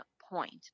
point